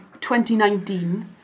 2019